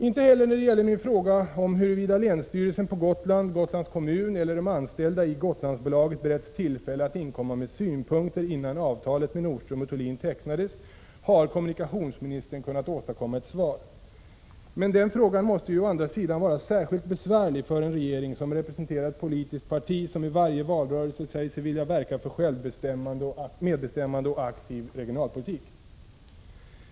Inte heller när det gäller min fråga om huruvida länsstyrelsen på Gotland, Gotlands kommun eller de anställda i Gotlandsbolaget beretts tillfälle att inkomma med synpunkter innan avtalet med Nordström & Thulin tecknades har kommunikationsministern kunnat åstadkomma ett svar. Men den frågan måste å andra sidan också vara särskilt besvärlig för en regering som representerar ett politiskt parti som i varje valrörelse säger sig vilja verka för medbestämmande och aktiv regionalpolitik.